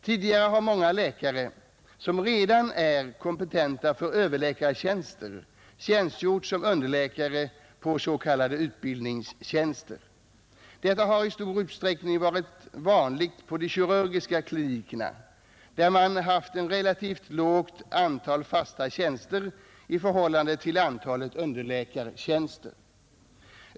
Tidigare har många läkare, som redan är kompetenta för överläkartjänster, tjänstgjort som underläkare på s.k. utbildningstjänster. Detta har i stor utsträckning varit vanligt på de kirurgiska klinikerna, där man haft ett relativt lågt antal fasta tjänster i förhållande till antalet underläkartjänster.